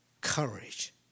courage